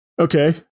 Okay